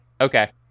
Okay